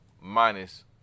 minus